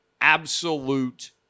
absolute